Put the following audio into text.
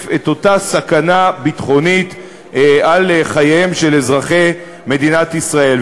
את אותה סכנה ביטחונית לחייהם של אזרחי מדינת ישראל.